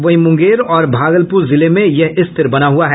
वहीं मुंगेर और भागलपुर जिले में यह स्थिर बना हुआ है